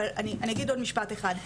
אבל אני אגיד עוד משפט אחד.